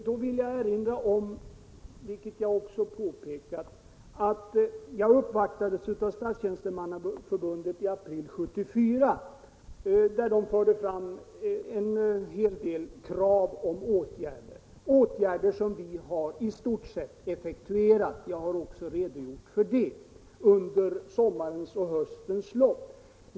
Då vill jag erinra om — jag har redan påpekat det — att jag uppvaktades av Stats — Nr 77 tjänstemannaförbundet i april 1974. Därvid förde man fram en hel del Måndagen den krav på åtgärder, som vi i stort sett har effektuerat under sommarens 12 maj 1975 och höstens lopp; jag har också redogjort för det.